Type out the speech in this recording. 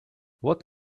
what